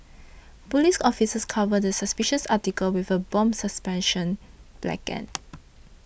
police officers covered the suspicious article with a bomb suppression blanket